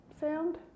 sound